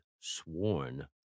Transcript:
sworn